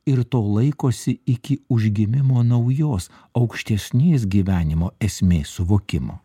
ir to laikosi iki užgimimo naujos aukštesnės gyvenimo esmės suvokimo